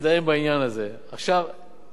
תושב חוץ,